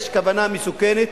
יש כוונה מסוכנת,